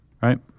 right